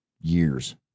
years